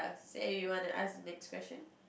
say you wanna ask the next question